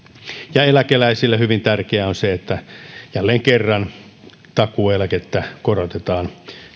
ja eläkeläisille hyvin tärkeää on se että jälleen kerran takuueläkettä korotetaan